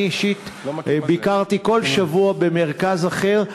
אני אישית ביקרתי כל שבוע במרכז אחר.